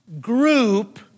group